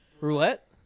Roulette